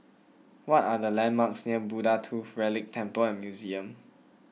what are the landmarks near Buddha Tooth Relic Temple and Museum